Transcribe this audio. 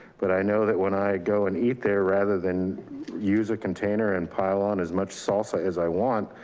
but i know that when i go and eat there rather than use a container and pile on as much salsa as i want,